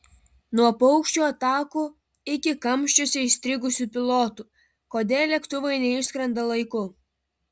nuo paukščių atakų iki kamščiuose įstrigusių pilotų kodėl lėktuvai neišskrenda laiku